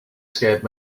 scared